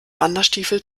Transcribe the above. wanderstiefel